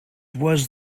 was